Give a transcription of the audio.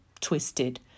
twisted